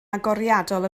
agoriadol